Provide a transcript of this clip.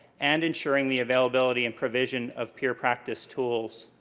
and ensuring the availability and provision of peer practice tools.